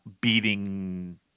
beating